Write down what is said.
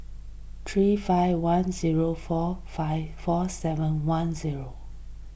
three five one zero four five four seven one zero